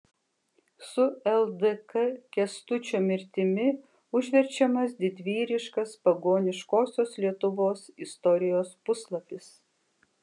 su ldk kęstučio mirtimi užverčiamas didvyriškas pagoniškosios lietuvos istorijos puslapis